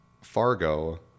Fargo